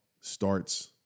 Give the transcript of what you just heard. starts